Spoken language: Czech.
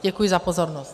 Děkuji za pozornost.